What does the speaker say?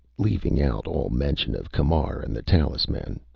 leaving out all mention of camar and the talisman.